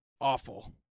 awful